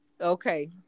Okay